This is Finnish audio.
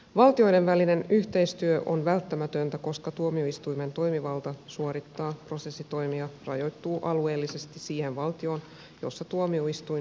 valtioiden välinen yhteistyö on välttämätöntä koska tuomioistuimen toimivalta suorittaa prosessitoimia rajoittuu alueellisesti siihen valtioon jossa tuomioistuin sijaitsee